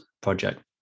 project